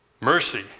Mercy